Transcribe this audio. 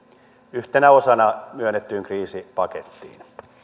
yhtenä osana myönnettyyn kriisipakettiin